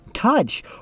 Touch